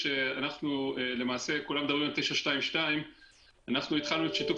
כולם מדברים על 922. אנחנו התחלנו את שיתוף